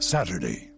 Saturday